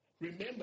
Remember